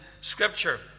Scripture